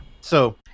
So-